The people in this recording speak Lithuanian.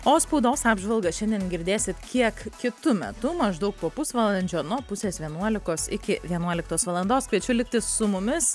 o spaudos apžvalgą šiandien girdėsit kiek kitu metu maždaug po pusvalandžio nuo pusės vienuolikos iki vienuoliktos valandos kviečiu likti su mumis